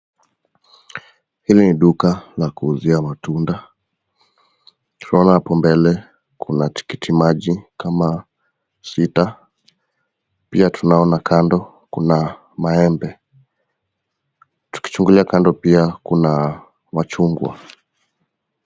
Hili ni duka la kuuzia matunda. Tunaona hapo mbele kuna tikiti maji kama sita. Pia tunaona kando kuna maembe. Tukichungulia kando pia kuna machungwa.